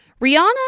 Rihanna